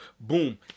Boom